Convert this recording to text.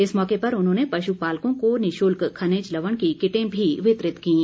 इस मौके पर उन्होंने पशु पालकों को निशुल्क खनिज लवण की किटें भी वितरित कीं